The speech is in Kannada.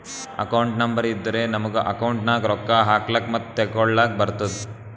ಅಕೌಂಟ್ ನಂಬರ್ ಇದ್ದುರೆ ನಮುಗ ಅಕೌಂಟ್ ನಾಗ್ ರೊಕ್ಕಾ ಹಾಕ್ಲಕ್ ಮತ್ತ ತೆಕ್ಕೊಳಕ್ಕ್ ಬರ್ತುದ್